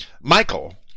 Michael